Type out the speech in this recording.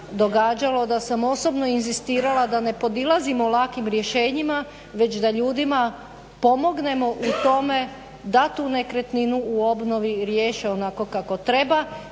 događalo da sam osobno inzistirala da ne podilazimo lakim rješenjima već da ljudima pomognemo u tome da tu nekretninu u obnovi riješe onako kako treba.